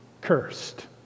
cursed